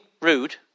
rude